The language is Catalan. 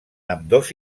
ambdós